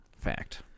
fact